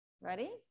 Ready